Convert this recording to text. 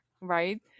right